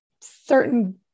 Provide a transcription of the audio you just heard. certain